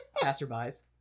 passerby's